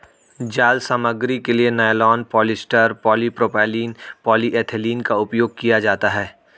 जाल सामग्री के लिए नायलॉन, पॉलिएस्टर, पॉलीप्रोपाइलीन, पॉलीएथिलीन का उपयोग किया जाता है